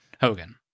Hogan